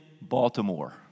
Baltimore